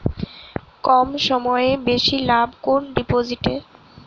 কম সময়ে বেশি লাভ কোন ডিপোজিটে?